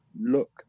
look